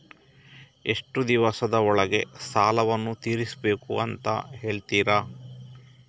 ಎಷ್ಟು ದಿವಸದ ಒಳಗೆ ಸಾಲವನ್ನು ತೀರಿಸ್ಬೇಕು ಅಂತ ಹೇಳ್ತಿರಾ?